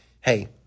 Hey